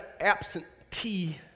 absentee